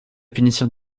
punition